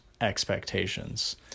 expectations